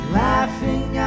laughing